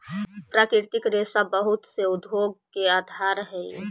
प्राकृतिक रेशा बहुत से उद्योग के आधार हई